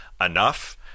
Enough